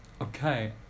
Okay